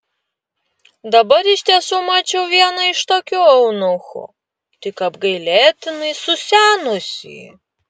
dabar iš tiesų mačiau vieną iš tokių eunuchų tik apgailėtinai susenusį